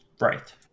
Right